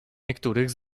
niektórych